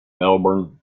melbourne